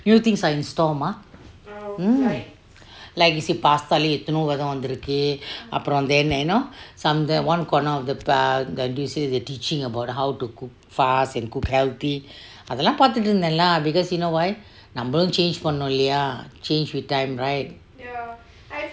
new things are in store mah like you see pasta leh எட்டேனோ வகை அப்பெரும்:etteno vakai apperom then you know one corner ah teaching how to cook fast and healthy அதெல்லாம் பார்த்தே இருந்தேன் நம்மளும்:atellam partte irunten nammalum change பண்ணேனோம் இல்லேயா:pannenom illeya change with time right